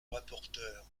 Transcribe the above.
rapporteur